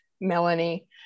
Melanie